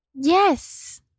Yes